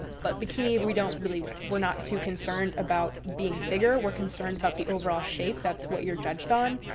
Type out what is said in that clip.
but bikini, we don't really, we're not too concerned about being bigger. we're concerned about the overall shape. that's what you're judged on.